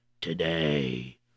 today